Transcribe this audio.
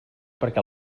perquè